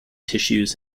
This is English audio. tissues